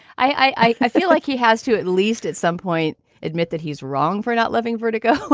i feel like he has to at least at some point admit that he's wrong for not loving vertigo.